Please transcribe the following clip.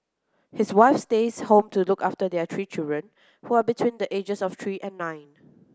his wife stays home to look after their three children who are between the ages of three and nine